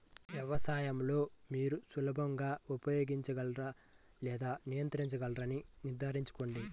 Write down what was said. వ్యవసాయం లో మీరు సులభంగా ఉపయోగించగల లేదా నియంత్రించగలరని నిర్ధారించుకోండి